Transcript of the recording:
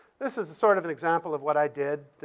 this is sort of an example of what i did.